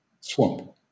swamp